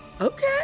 Okay